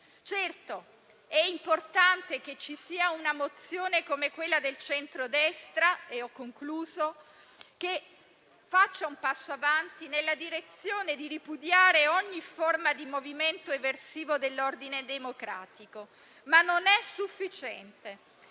Certo, è importante che ci sia una mozione come quella del centrodestra, che faccia un passo avanti nella direzione di ripudiare ogni forma di movimento eversivo dell'ordine democratico, ma non è sufficiente.